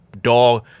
dog